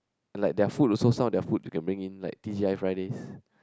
like their food also some of their food you can bring in like T T I Fridays